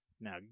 now